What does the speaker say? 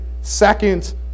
second